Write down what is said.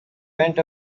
went